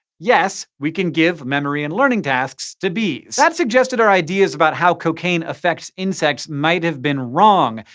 yes, we can give memory and learning tasks to bees. that suggested our ideas about how cocaine affects insects might have been wrong.